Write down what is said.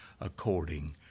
according